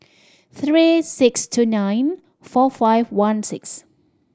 three six two nine four five one six